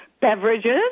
beverages